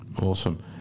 Awesome